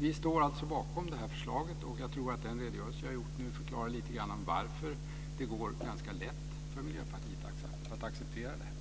Vi står alltså bakom förslaget. Jag tror att den redogörelse jag har gjort förklarar lite grann varför det går ganska lätt för Miljöpartiet att acceptera det.